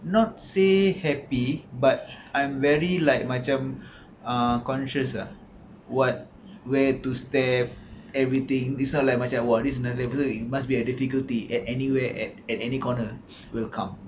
not say happy but I'm very like macam uh conscious ah what where to step everything it's not like macam !wah! this another episode it must be a difficulty at anywhere and at any corner will come